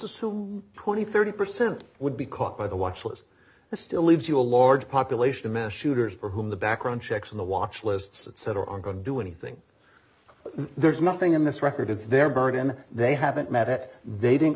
assume twenty thirty percent would be caught by the watchlist that still leaves you a large population of mass shooters for whom the background checks and the watch lists etc are going to do anything there's nothing in this record it's their burden they haven't met they didn't